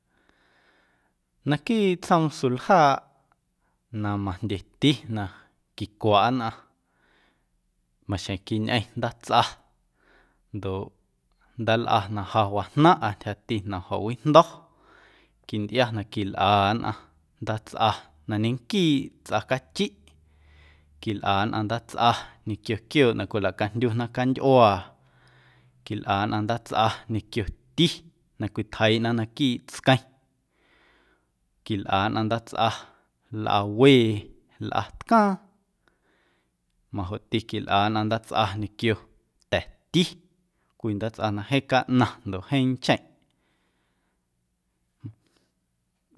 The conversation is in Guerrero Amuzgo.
Naquiiꞌ tsjoom suljaaꞌ na majndyeti na quicwaꞌ nnꞌaⁿ maxjeⁿ quiñꞌeⁿ ndaatsꞌa ndoꞌ ndaalꞌa na ja wajnaⁿꞌa ntyjati na jo̱wijndo̱ quintꞌia na quilꞌa nnꞌaⁿ ndaatsꞌa na ñequiiꞌ tsꞌacachiꞌ, quilꞌa nnꞌaⁿ ndaatsꞌa ñequio quiooꞌ na cwilacajndyuna candyꞌuaa, quilꞌa nnꞌaⁿ ndaatsꞌa ñequio ti na cwitjeiiꞌna naquiiꞌ tsqueⁿ, quilꞌa nnꞌaⁿ ndaatsꞌaⁿ lꞌawee, lꞌatcaaⁿ, majoꞌti quilꞌa nnꞌaⁿ ndaatsꞌa ñequio ta̱ti cwii ndaatsꞌa na jeeⁿ caꞌnaⁿ ndoꞌ jeeⁿ ncheⁿꞌ.